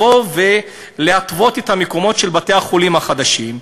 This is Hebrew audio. להתוות את המקומות של בתי-החולים החדשים,